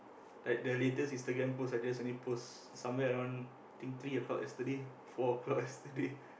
like the latest Instagram post I just only post somewhere around think three o-clock yesterday four o-clock yesterday